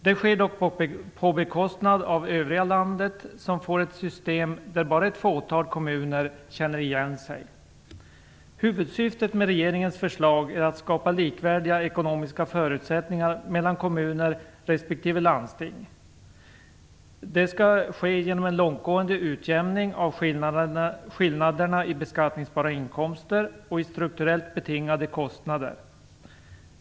Det sker dock på bekostnad av övriga landet som får ett system där bara ett fåtal kommuner känner igen sig. Huvudsyftet med regeringens förslag är att skapa likvärdiga ekonomiska förutsättningar mellan kommuner respektive landsting. Detta skall ske genom en långtgående utjämning av skillnaderna i beskattningsbara inkomster och strukturellt betingade kostnader.